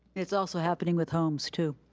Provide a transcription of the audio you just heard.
it's also happening with homes too.